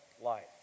life